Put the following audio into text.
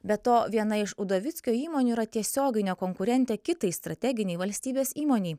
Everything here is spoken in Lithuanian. be to viena iš udovickio įmonių yra tiesioginė konkurentė kitai strateginei valstybės įmonei